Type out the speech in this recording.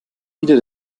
wieder